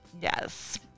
Yes